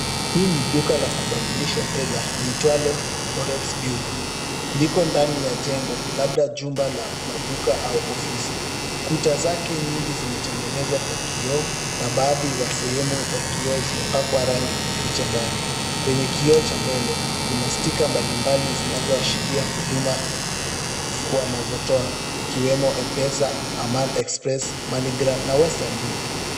Hii ni duka la kubadilisha fedha liitwalo forex bureau. Liko ndani ya jengo labda jumba la maduka au ofisi. Kuta zake nyingi zimetengenezwa kwa kioo na baadhi za sehemu ya kioo zimepakwa rangi kuficha ndani. Kwenye kioo cha mbele kuna sticker mbalimbali zinazoashiria huduma wanazotoa ikiwemo mpesa, amath express, money gram na western union.